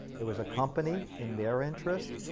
it was a company in their interest.